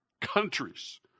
countries